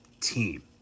team